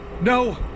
No